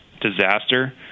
disaster